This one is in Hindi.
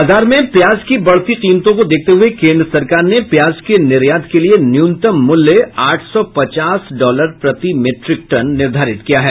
बाजार में प्याज की बढ़ती कीमतों को देखते हुए केंद्र सरकार ने प्याज के निर्यात के लिए न्यूनतम मूल्य आठ सौ पचास डॉलर प्रति मिट्रिक टन निर्धारित किया है